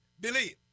believe